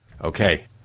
Okay